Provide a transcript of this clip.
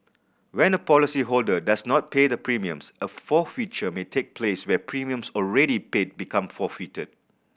when a policyholder does not pay the premiums a forfeiture may take place where premiums already paid become forfeited